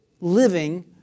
living